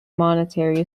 monetary